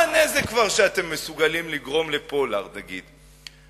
מה הנזק, כבר, שאתם מסוגלים לגרום לפולארד, נגיד?